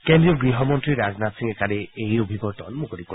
কেন্দ্ৰীয় গৃহমন্ত্ৰী ৰাজনাথ সিঙে কালি এই অভিৱৰ্তন মুকলি কৰে